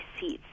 seats